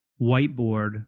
whiteboard